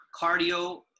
cardio